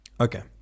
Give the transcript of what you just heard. Okay